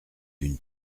une